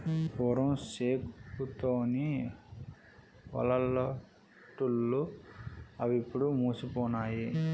పూర్వం సేకు తోని వలలల్లెటూళ్లు అవిప్పుడు మాసిపోనాయి